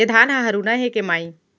ए धान ह हरूना हे के माई?